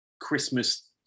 Christmas